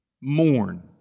mourn